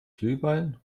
glühwein